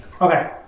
Okay